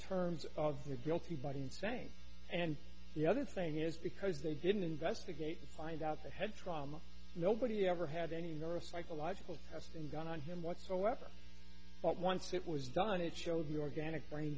terms of guilty but insane and the other thing is because they didn't investigate to find out the head trauma nobody ever had any neuropsychological testing gun on him whatsoever but once it was done it showed the organic brain